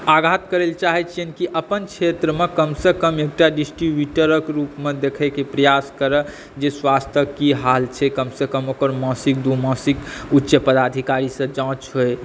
आग़ाज़ करय लए चाहै छियनि की अपन क्षेत्रमे कमसे कम एकटा डिस्ट्रिब्युटरक रूपमे देख़यक प्रयास करय जे स्वास्थ्यक की हाल छै कमसे कम ओकर मासिक दुमासिक उच्च पदाधिकारीसॅं जाँच होइ